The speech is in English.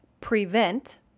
prevent